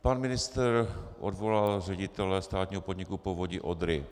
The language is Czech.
Pan ministr odvolal ředitele státního podniku Povodí Odry.